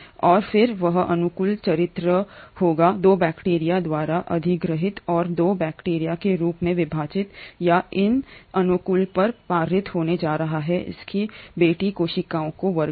और फिर वह अनुकूल चरित्र होगा 2 बैक्टीरिया द्वारा अधिग्रहित और 2 बैक्टीरिया के रूप में विभाजितयह इन अनुकूल पर पारित होने जा रहा है इसकी बेटी कोशिकाओं को वर्ण